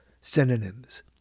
synonyms